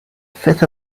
fifth